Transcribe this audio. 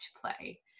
play